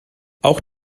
auch